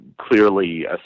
clearly